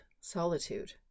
solitude